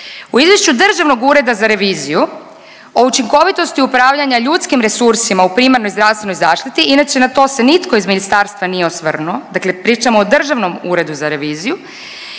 U izvješću Državnog ureda za reviziju o učinkovitosti upravljanja ljudskim resursima u primarnoj zdravstvenoj zaštiti, inače na to se nitko iz ministarstva nije osvrnuo, dakle pričamo o Državnom uredu za reviziju,